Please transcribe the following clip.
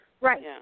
Right